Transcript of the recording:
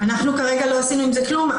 כרגע לא עשינו עם זה כלום.